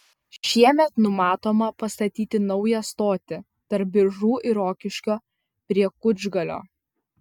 šiemet numatoma pastatyti naują stotį tarp biržų ir rokiškio prie kučgalio